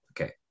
okay